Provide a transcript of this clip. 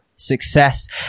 success